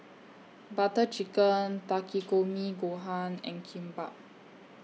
Butter Chicken Takikomi Gohan and Kimbap